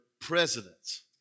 presidents